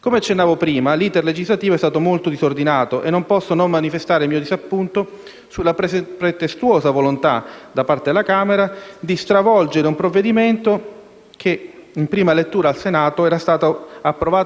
Come accennavo prima, l'*iter* legislativo è stato molto disordinato, e non posso non manifestare il mio disappunto sulla pretestuosa volontà da parte della Camera di stravolgere un provvedimento approvato all'unanimità in prima lettura al Senato,